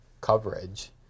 coverage